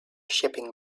shipping